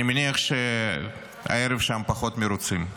אני מניח שהערב שם פחות מרוצים,